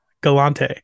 galante